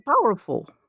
powerful